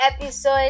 episode